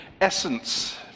essence